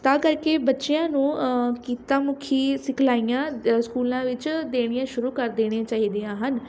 ਤਾਂ ਕਰਕੇ ਬੱਚਿਆਂ ਨੂੰ ਕਿੱਤਾ ਮੁੱਖੀ ਸਿਖਲਾਈਆਂ ਸਕੂਲਾਂ ਵਿੱਚ ਦੇਣੀਆਂ ਸ਼ੁਰੂ ਕਰ ਦੇਣੀਆਂ ਚਾਹੀਦੀਆਂ ਹਨ